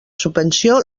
subvenció